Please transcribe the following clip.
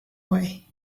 way